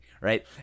right